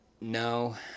No